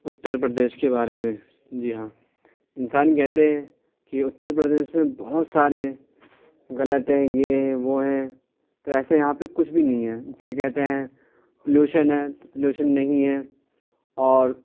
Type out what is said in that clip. اُتّر پردیش كے بارے میں جی ہاں انسان كہتے ہیں كہ اُتّر پردیش میں بہت سارے غلط ہیں یہ ہیں وہ ہیں تو ایسے یہاں پہ کچھ بھی نہیں ہیں جسے کہتے ہیں پلوشن ہے تو پلوشن نہیں ہے اور